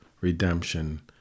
redemption